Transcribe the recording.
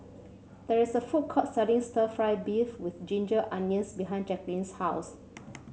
there is a food court selling stir fry beef with Ginger Onions behind Jacklyn's house